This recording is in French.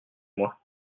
moi